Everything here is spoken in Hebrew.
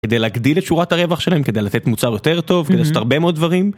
כדי להגדיל את שורת הרווח שלהם, כדי לתת מוצר יותר טוב, כדי לעשות הרבה מאוד דברים.